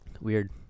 weird